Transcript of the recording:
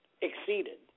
Exceeded